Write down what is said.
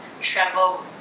travel